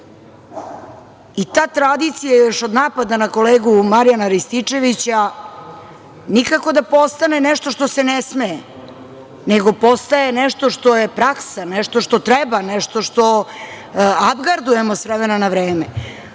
tradicija još od napada na kolegu Marijana Rističevića nikako da postane nešto što se ne sme, nego postaje nešto što je praksa, nešto što treba, nešto što apgrejdujemo s vremena na vreme.